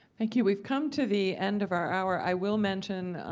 thank you. we've come to the end of our hour. i will mention,